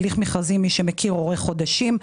למי שמכיר, הליך מכרזי אורך חודשים.